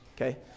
okay